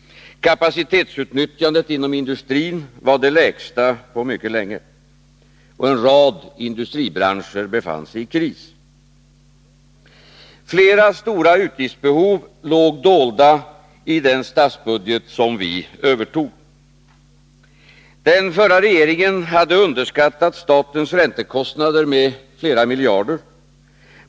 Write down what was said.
Kapacitetsutnyttjandet inom industrin var det lägsta på mycket länge, och en rad industribranscher befann sig i kris. Flera stora utgiftsbehov låg dolda i den statsbudget som vi övertog. Den förra regeringen hade underskattat statens räntekostnader med flera miljarder.